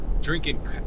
drinking